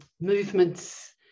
movements